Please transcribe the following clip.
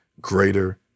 greater